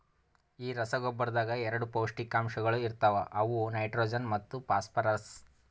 ಈ ರಸಗೊಬ್ಬರದಾಗ್ ಎರಡ ಪೌಷ್ಟಿಕಾಂಶಗೊಳ ಇರ್ತಾವ ಅವು ನೈಟ್ರೋಜನ್ ಮತ್ತ ಫಾಸ್ಫರ್ರಸ್